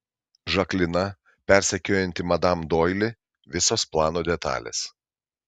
žaklina persekiojanti madam doili visos plano detalės